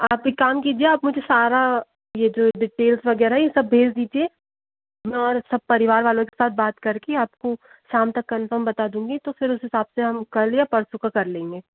आप एक काम कीजिए आप मुझे सारा ये जो डिटेल्स वग़ैरह ये सब भेज दीजिए मैं और सब परिवार वालों के साथ बात कर के आपको शाम तक कन्फौम बता दूँगी तो फिर उस हिसाब से हम कल या परसों का कर लेंगे